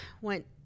went